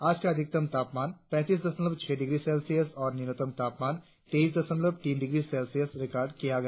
आज का अधिकतम तापमान पैंतीस दशमलव छह डिग्री सेल्सियस और न्यूनतम तापमान तेईस दशमलव तीन डिग्री सेल्सियस रिकार्ड किया गया